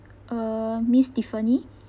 uh miss tiffany